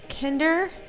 kinder